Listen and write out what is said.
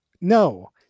No